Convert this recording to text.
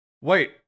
Wait